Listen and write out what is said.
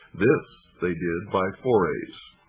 this they did by forays,